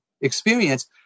experience